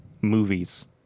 movies